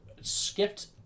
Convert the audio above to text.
skipped